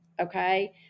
Okay